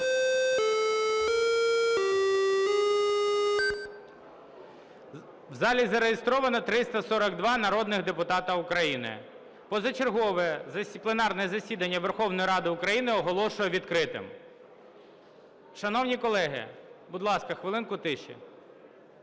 В залі зареєстровано 342 народних депутата України. Позачергове пленарне засідання Верховної Ради України оголошую відкритим. Шановні колеги, будь ласка, хвилину тиші.